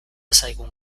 zaigun